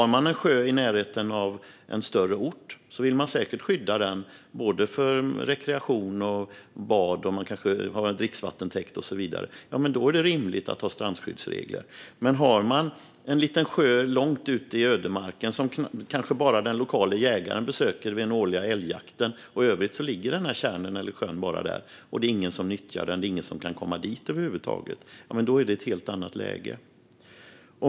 Om man har en sjö i närheten av en större ort vill man säkert skydda den för exempelvis rekreation och dricksvatten, och då är det rimligt att ha strandskyddsregler. Men om man har en liten sjö ute i ödemarken som ingen nyttjar, som är svår att ta sig till och som kanske bara någon lokal jägare besöker vid den årliga älgjakten är läget ett helt annat.